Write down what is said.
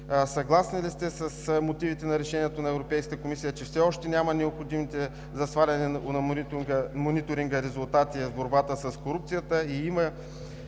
съгласни ли сте с мотивите за решението на Европейската комисия, че все още няма необходимите за сваляне на Мониторинга резултати в борбата с корупцията